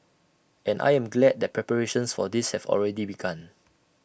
and I am glad that preparations for this have already begun